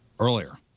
Earlier